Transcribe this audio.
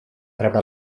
rebre